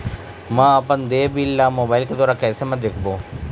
म अपन देय बिल ला मोबाइल के द्वारा कैसे म देखबो?